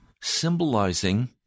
symbolizing